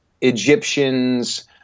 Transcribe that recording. Egyptians